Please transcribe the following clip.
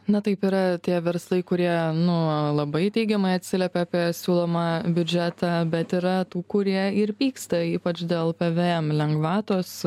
na taip yra tie verslai kurie nu labai teigiamai atsiliepia apie siūlomą biudžetą bet yra tų kurie ir pyksta ypač dėl pvm lengvatos